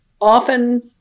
Often